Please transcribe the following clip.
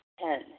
Ten